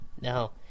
No